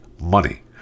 money